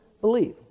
believe